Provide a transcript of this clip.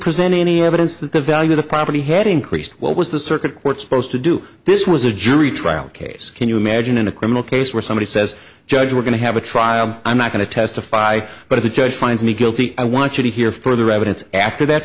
present any evidence that the value of the property heading creased what was the circuit court supposed to do this was a jury trial case can you imagine in a criminal case where somebody says judge we're going to have a trial i'm not going to testify but if the judge finds me guilty i want you to hear further evidence after that